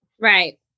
Right